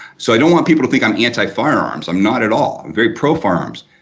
so i don't want people to think i'm anti-firearms, i'm not at all, i'm very pro-firearms.